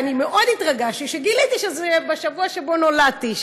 שאני מאוד התרגשתי כשגיליתי שזה בשבוע שבו נולדתי,